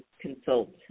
consult